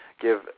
give